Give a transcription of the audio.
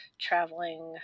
traveling